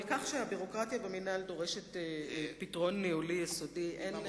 על כך שהביורוקרטיה במינהל דורשת פתרון ניהולי יסודי אין,